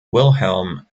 wilhelm